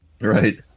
Right